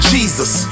Jesus